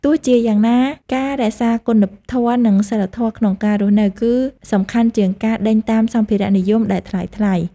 ទោះជាយ៉ាងណាការរក្សាគុណធម៌ និងសីលធម៌ក្នុងការរស់នៅ គឺសំខាន់ជាងការដេញតាមសម្ភារៈនិយមដែលថ្លៃៗ។